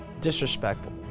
disrespectful